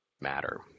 matter